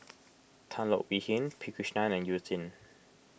Tan Leo Wee Hin P Krishnan and You Jin